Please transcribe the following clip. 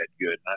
good